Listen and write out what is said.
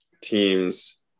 teams